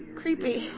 creepy